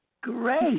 Great